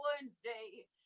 Wednesday